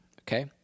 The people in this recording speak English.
Okay